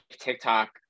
TikTok